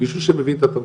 מישהו שמבין את התרבות,